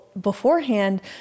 beforehand